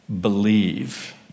believe